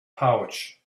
pouch